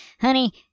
honey